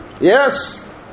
Yes